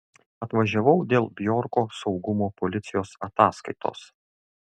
atvažiavau dėl bjorko saugumo policijos ataskaitos